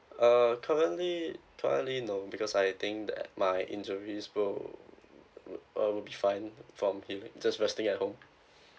uh currently currently no because I think that my injuries will uh will be fine from even just resting at home